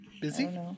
Busy